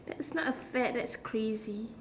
that's not a fad that's crazy